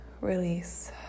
release